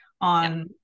on